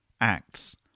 acts